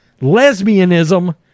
lesbianism